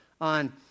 on